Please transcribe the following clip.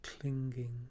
clinging